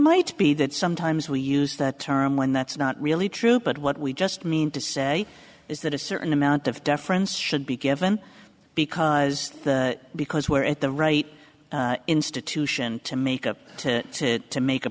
might be that sometimes we use that term when that's not really true but what we just mean to say is that a certain amount of deference should be given because because we're at the right institution to make up to it to make a